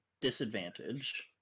disadvantage